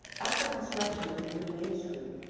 after construction of the new main street,